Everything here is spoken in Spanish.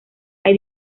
hay